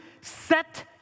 set